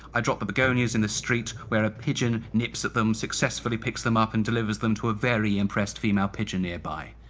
i drop the begonias in the street, where a pigeon nips at them, successfully picks them up and delivers them to a very impressed female pigeon nearby.